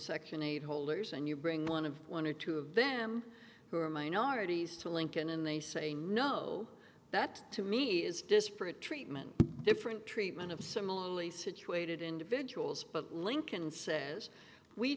section eight holders and you bring one of one or two of them who are minorities to lincoln and they say no that to me is disparate treatment different treatment of similarly situated individuals but lincoln says we